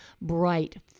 bright